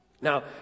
Now